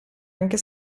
anche